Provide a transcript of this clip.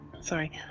Sorry